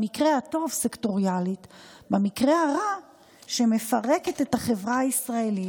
במקרה הטוב סקטוריאלית ובמקרה הרע שמפרקת את החברה הישראלית,